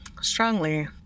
strongly